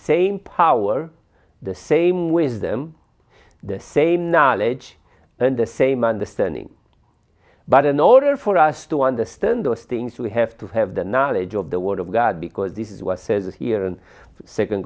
same power the same wisdom the same knowledge and the same understanding but in order for us to understand those things we have to have the knowledge of the word of god because this is what says here and s